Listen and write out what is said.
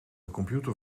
computer